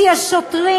כי השוטרים